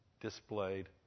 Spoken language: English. displayed